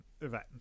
event